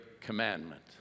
commandment